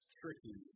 tricky